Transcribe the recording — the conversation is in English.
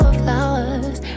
flowers